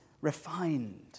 refined